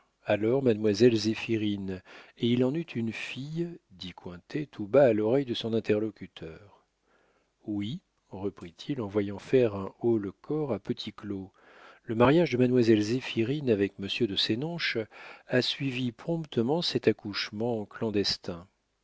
alors mademoiselle zéphirine et il en eut une fille dit cointet tout bas à l'oreille de son interlocuteur oui reprit-il en voyant faire un haut-le-corps à petit claud le mariage de mademoiselle zéphirine avec monsieur de sénonches a suivi promptement cet accouchement clandestin